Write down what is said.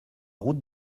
route